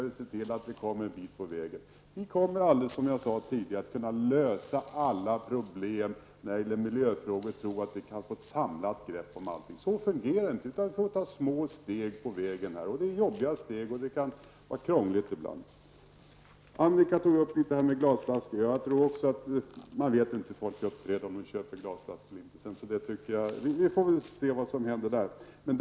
Vi kommer inte, som jag tidigare sade, att kunna lösa alla miljöproblem och tro att vi kan få ett samlat grepp kring dem. Så fungerar det inte, utan vi får ta små steg i taget. Det kan vara jobbiga steg som för med sig en del krångel. Annika Åhnberg kommenterade frågan om glasflaskor. Man kan inte i förväg veta hur folk uppträder, om de köper glasflaskor eller inte. Vi får väl se vad som händer på det området.